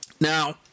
Now